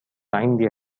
عندي